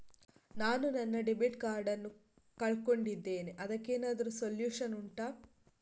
ನಾನು ನನ್ನ debit card ನ್ನು ಕಳ್ಕೊಂಡಿದ್ದೇನೆ ಅದಕ್ಕೇನಾದ್ರೂ ಸೊಲ್ಯೂಷನ್ ಉಂಟಾ